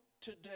today